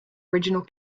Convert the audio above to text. original